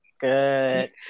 good